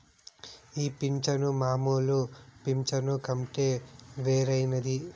ఈ పింఛను మామూలు పింఛను కంటే వేరైనది